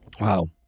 Wow